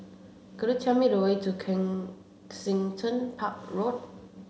could you tell me the way to Kensington Park Road